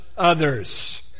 others